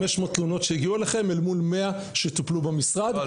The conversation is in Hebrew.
500 תלונות שהגיעו אליכם אל מול 100 שטופלו במשרד.